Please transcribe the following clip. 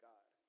God